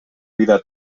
vida